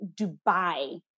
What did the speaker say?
Dubai